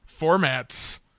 formats